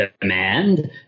demand